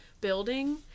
building